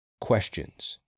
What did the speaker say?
questions